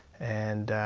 and